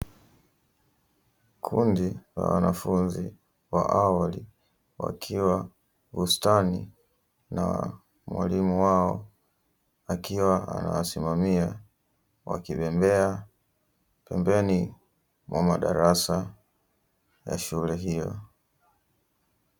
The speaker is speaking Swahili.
Kundi la wanafunzi wa awali, wakiwa bustanini na mwalimu wao akiwa anawasimamia wakibembea, pembeni mwa madarasa ya shule hiyo.